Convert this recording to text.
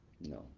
No